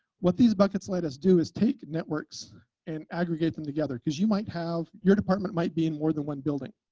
what these buckets let us do is take networks and aggregate them together, because you might have your department might be in more than one building,